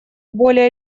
более